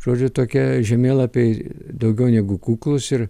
žodžiu tokie žemėlapiai daugiau negu kuklūs ir